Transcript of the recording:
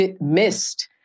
missed